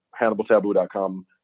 HannibalTaboo.com